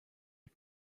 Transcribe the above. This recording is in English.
you